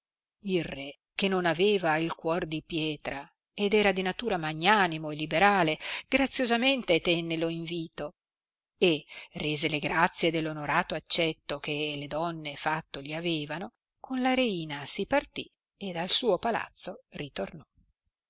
il re che non aveva il cuor di pietra ed era di natura magnanimo e liberale graziosamente tenne lo invito e rese le grazie dell'onorato accetto che le donne fatto gli avevano con la reina si partì ed al suo palazzo ritornò